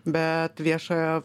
bet viešojo